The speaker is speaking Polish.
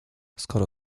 skoro